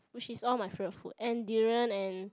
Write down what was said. which is all my favourite food and durian and